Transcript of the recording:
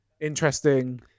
interesting